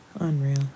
Unreal